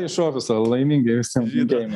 iš ofiso laimingai visiem linkėjimai